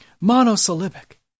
monosyllabic